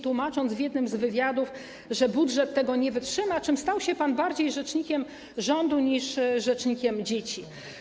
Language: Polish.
Tłumaczył pan w jednym z wywiadów, że budżet tego nie wytrzyma, i stał się pan tym samym bardziej rzecznikiem rządu niż rzecznikiem dzieci.